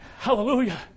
Hallelujah